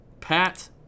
pat